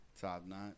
top-notch